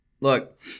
Look